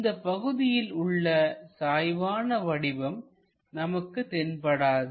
இந்தப் பகுதியில் உள்ள சாய்வான வடிவம் நமக்கு தென்படாது